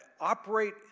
operate